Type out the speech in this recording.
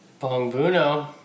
Bongbuno